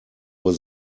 uhr